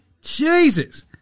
Jesus